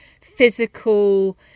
physical